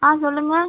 ஆ சொல்லுங்கள்